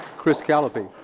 chris calliope.